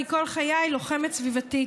אני כל חיי לוחמת סביבתית.